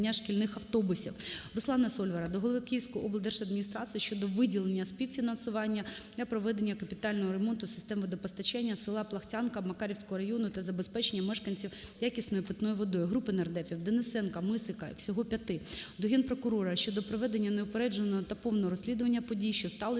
Руслана Сольвара до голови Київської облдержадміністрації щодо виділення співфінансування для проведення капітального ремонту систем водопостачання села Плахтянка Макарівського району та забезпечення мешканців якісною питною водою. Групи нардепів (Денисенка, Мисика; всього п'яти) до Генпрокурора щодо проведення неупередженого та повного розслідування подій, що сталися